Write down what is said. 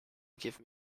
give